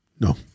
No